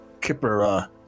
Kipper